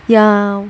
ya